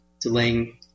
delaying